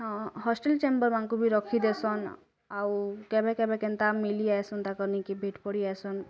hostel chamber ମାନଙ୍କୁ ବି ରଖିଦେଶନ୍ ଆଉ କେବେ କେବେ କେନ୍ତା ମିଲି ଆସନ୍ତା କନି କି ଭେଟ୍ ପଡ଼ି ଆସନ୍